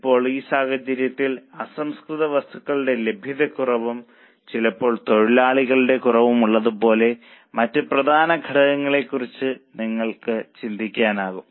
ഇപ്പോൾ ഈ സാഹചര്യത്തിൽ അസംസ്കൃത വസ്തുക്കളുടെ ലഭ്യതക്കുറവും ചിലപ്പോൾ തൊഴിലാളികളുടെ കുറവും ഉള്ളതുപോലെ മറ്റ് പ്രധാന ഘടകങ്ങളെ കുറിച്ച് നിങ്ങൾക്ക് ചിന്തിക്കാനാകും